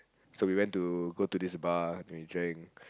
so we went to go to this bar then we drank